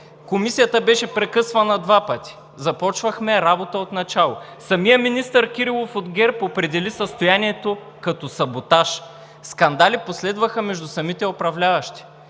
Комисията беше прекъсвана два пъти и започвахме работа отначало. Самият министър Кирилов от ГЕРБ определи състоянието като саботаж. Последваха скандали между самите управляващи.